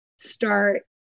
start